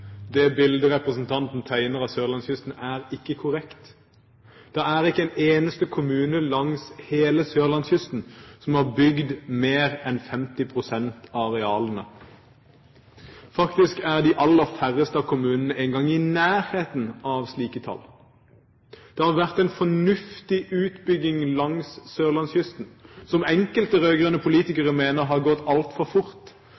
Det bildet representanten tegner av sørlandskysten, er ikke korrekt. Det er ikke en eneste kommune langs hele sørlandskysten som har bebygd mer enn 50 pst. av arealene. Faktisk er de aller færreste av kommunene i nærheten av slike tall. Det har vært en fornuftig utbygging langs sørlandskysten – en utbygging som enkelte rød-grønne politikere mener har gått altfor fort